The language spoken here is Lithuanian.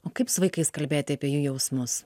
o kaip su vaikais kalbėti apie jų jausmus